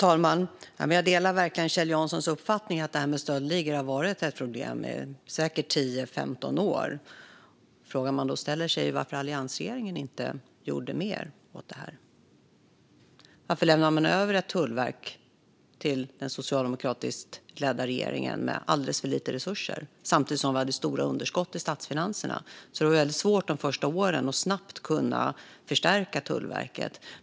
Fru talman! Jag delar Kjell Janssons uppfattning att stöldligor har varit ett problem i säkert 10-15 år. Frågan man då ställer sig är varför alliansregeringen inte gjorde mer åt detta. Varför lämnade man över ett tullverk med alldeles för lite resurser till den socialdemokratiskt ledda regeringen? Samtidigt tog vi över stora underskott i statsfinanserna, så de första åren var det svårt att förstärka Tullverket.